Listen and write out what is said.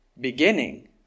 beginning